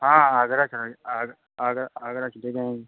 हाँ आगरा आग आगरा आगरा चले जाएँगे